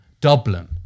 Dublin